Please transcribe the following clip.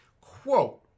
Quote